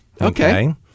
Okay